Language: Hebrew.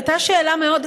הייתה שאלה מאוד,